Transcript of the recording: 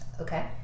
Okay